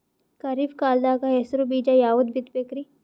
ಖರೀಪ್ ಕಾಲದಾಗ ಹೆಸರು ಬೀಜ ಯಾವದು ಬಿತ್ ಬೇಕರಿ?